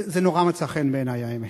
זה נורא מצא חן בעיני, האמת.